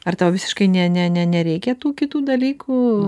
ar tau visiškai ne ne nereikia tų kitų dalykų